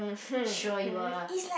sure you are